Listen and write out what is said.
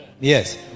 Yes